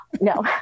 No